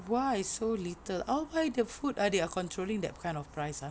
why so little ah why the food ah they are controlling that kind of price ah